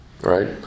right